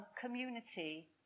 community